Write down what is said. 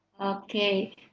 okay